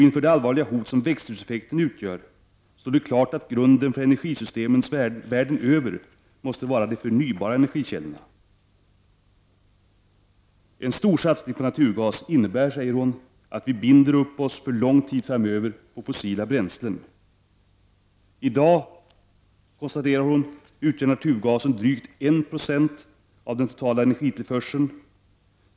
—-—— Inför det allvarliga hot som växthuseffekten utgör, står det klart att grunden för energisystemen världen över måste vara de förnybara energikällorna. —-—— En stor satsning på naturgas innebär alltså att vi binder upp oss för lång tid framöver på ett fossilt bränsle. —-—-—- I dag utgör naturgasen drygt en procent av den totala energitillförseln.